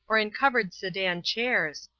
or in covered sedan chairs,